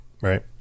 right